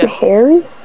Harry